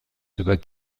über